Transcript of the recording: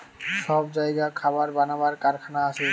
সব জাগায় খাবার বানাবার কারখানা আছে